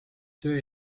töö